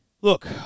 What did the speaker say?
Look